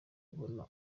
kubona